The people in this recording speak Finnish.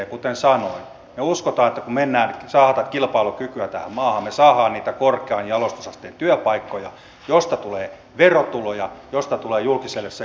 ja kuten sanoin me uskomme että kun saadaan kilpailukykyä tähän maahan me saamme niitä korkean jalostusasteen työpaikkoja joista tulee verotuloja joista tulee julkiselle sektorille rahaa